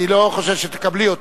אני לא חושב שאת תקבלי אותה: